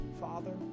Father